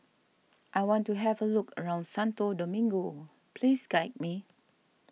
I want to have a look around Santo Domingo please guide me